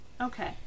Okay